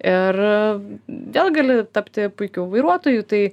ir vėl gali tapti puikiu vairuotoju tai